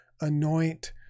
anoint